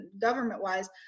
government-wise